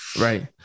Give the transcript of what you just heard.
Right